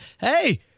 Hey—